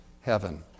heaven